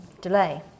delay